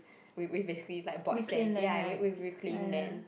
we we basically like bought sand ya we we reclaim land